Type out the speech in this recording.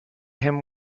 him